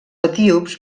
etíops